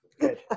Good